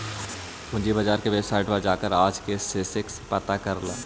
पूंजी बाजार की वेबसाईट पर जाकर आज का सेंसेक्स पता कर ल